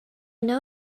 know